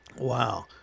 Wow